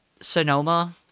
Sonoma